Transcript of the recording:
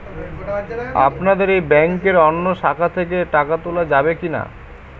আপনাদের এই ব্যাংকের অন্য শাখা থেকে টাকা তোলা যাবে কি না?